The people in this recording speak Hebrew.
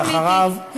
ואחריו,